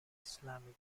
islamic